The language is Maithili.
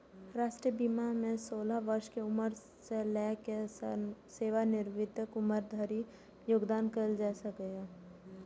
राष्ट्रीय बीमा मे सोलह वर्ष के उम्र सं लए कए सेवानिवृत्तिक उम्र धरि योगदान कैल जा सकैए